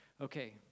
Okay